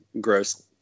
gross